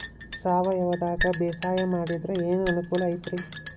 ಸಾವಯವದಾಗಾ ಬ್ಯಾಸಾಯಾ ಮಾಡಿದ್ರ ಏನ್ ಅನುಕೂಲ ಐತ್ರೇ?